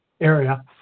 area